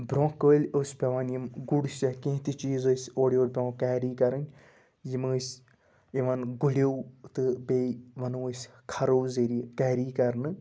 برٛونٛہہ کٲلۍ ٲسۍ پٮ۪وان یِم گُڈٕس یا کینٛہہ تہِ چیٖز ٲسۍ اورٕ یورٕ پٮ۪وان کیری کَرٕنۍ یِم ٲسۍ یِوان گُریو تہٕ بیٚیہِ وَنو أسۍ خرو ذٔریعہِ کیری کَرنہٕ